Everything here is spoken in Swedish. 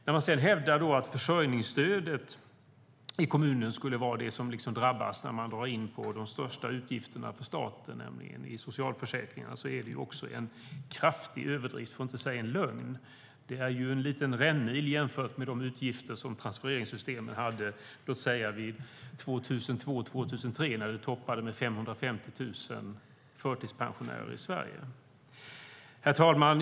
Att sedan hävda att försörjningsstödet i kommuner skulle vara det som drabbas när man drar in på de största utgifterna för staten, nämligen socialförsäkringarna, är en kraftig överdrift, för att inte säga en lögn. Det är en liten rännil jämfört med de utgifter som transfereringssystemen hade, låt säga 2002-2003, när det toppade med 550 000 förtidspensionärer i Sverige. Herr talman!